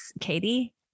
Katie